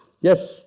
Yes